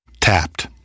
Tapped